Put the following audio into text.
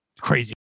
crazy